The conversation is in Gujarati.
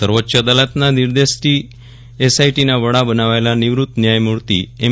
સર્વોચ્ચ અદાલત ના નિર્દેશથી એસઆઇટીના વડા બનાવાયેલા નિવૃત્ત ન્યાયમૂર્તિ એમ